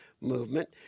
movement